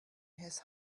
his